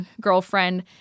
girlfriend